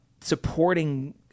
supporting